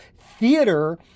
theater